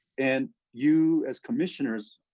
and you, as commissioners,